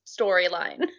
storyline